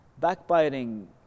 backbiting